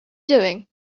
doing